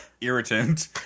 irritant